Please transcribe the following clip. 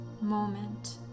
moment